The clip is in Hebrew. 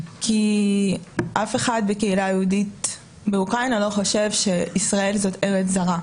כי אף אחד בקהילה היהודית באוקראינה לא חושב שישראל זאת ארץ זרה.